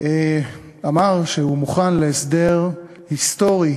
אמר שהוא מוכן להסדר היסטורי